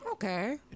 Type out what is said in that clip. Okay